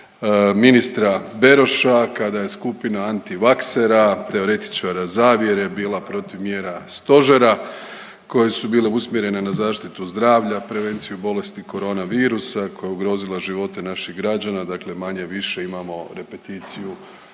ministra Beroša kada je skupina antivaksera, teoretičara zavjere bila protiv mjera stožera koje su bile usmjerene na zaštitu zdravlja prevenciju bolesti korona virusa koja je ugrozila živote naših građana, dakle manje-više imamo repeticiju